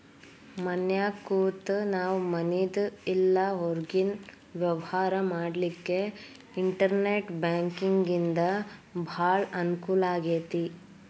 ಮನ್ಯಾಗ್ ಕೂತ ನಾವು ಮನಿದು ಇಲ್ಲಾ ಹೊರ್ಗಿನ್ ವ್ಯವ್ಹಾರಾ ಮಾಡ್ಲಿಕ್ಕೆ ಇನ್ಟೆರ್ನೆಟ್ ಬ್ಯಾಂಕಿಂಗಿಂದಾ ಭಾಳ್ ಅಂಕೂಲಾಗೇತಿ